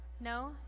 No